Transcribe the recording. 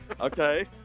okay